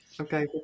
okay